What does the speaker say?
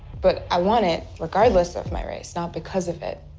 but i want it regardless of my race, not because of it.